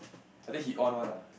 I think he on one lah